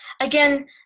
Again